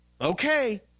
okay